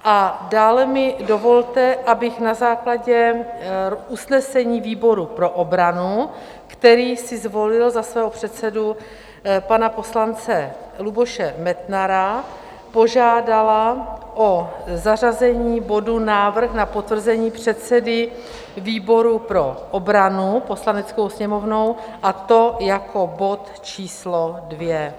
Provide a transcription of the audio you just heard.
A dále mi dovolte, abych na základě usnesení výboru pro obranu, který si zvolil za svého předsedu pana poslance Luboše Metnara, požádala o zařazení bodu Návrh na potvrzení předsedy výboru pro obranu Poslaneckou sněmovnou, a to jako bod číslo 2.